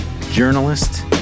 journalist